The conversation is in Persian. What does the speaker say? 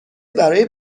برای